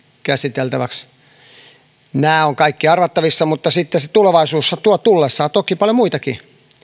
käsiteltäväksi nämä ovat kaikki arvattavissa mutta se tulevaisuushan tuo sitten tullessaan toki paljon muitakin